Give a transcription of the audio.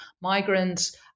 migrants